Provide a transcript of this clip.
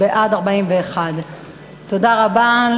בעד, 41. תודה רבה.